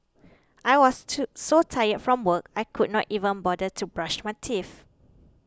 I was to so tired from work I could not even bother to brush my teeth